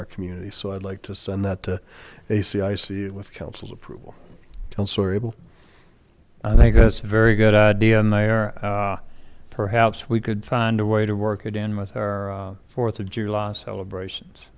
our community so i'd like to send that to they see i see it with council approval i think that's a very good idea and there perhaps we could find a way to work again with our fourth of july celebrations